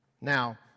Now